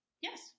Yes